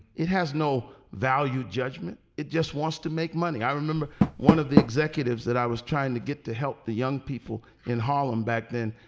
it has no value judgment. it just wants to make money. i remember one of the executives that i was trying to get to help the young people in harlem back then.